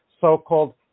so-called